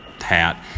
hat